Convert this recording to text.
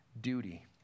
duty